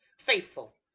faithful